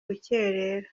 rukerera